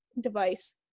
device